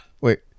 wait